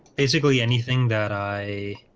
basically anything that i